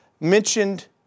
mentioned